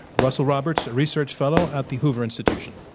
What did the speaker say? russell roberts, a research fellow at the hoover institution.